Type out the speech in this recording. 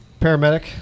Paramedic